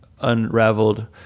unraveled